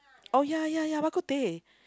oh ya ya ya Bak-kut-teh